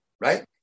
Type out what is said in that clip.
Right